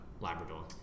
Labrador